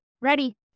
ready